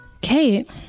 Kate